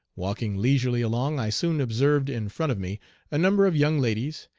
walking leisurely along i soon observed in front of me a number of young ladies,